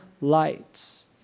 Lights